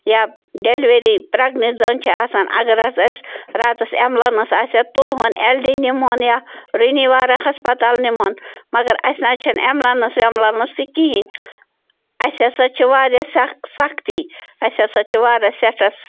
یا delivery pregnant زٔنۍ چھِ آسان اگر حظ اَسہِ راتَس اٮ۪ملَنٕس آسہِ ہا تُلہون اٮ۪ل ڈی نِمہون یا رُنیٖوارا ہسپَتال نِمہون مگر اَسہِ نَہ حظ چھَنہٕ اٮ۪ملَنٕس وٮ۪ملَنٕس تہِ کِہیٖنۍ اَسہِ ہسا چھِ واریاہ سخ سختی اَسہِ ہسا چھِ واراہ سٮ۪ٹھاہ